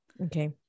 Okay